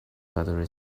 buttered